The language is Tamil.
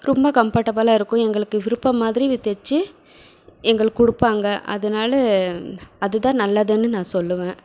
ரொம்ப கம்ஃபர்டபிளாக இருக்கும் எங்களுக்கு விருப்பம் மாதிரி வி தச்சி எங்களுக்கு கொடுப்பாங்க அதனால அதுதான் நல்லதுன்னு நான் சொல்லுவேன்